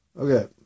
Okay